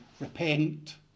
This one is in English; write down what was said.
Repent